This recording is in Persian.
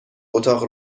اتاق